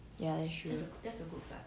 ya that's true